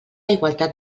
igualtat